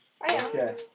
Okay